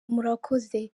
murakoze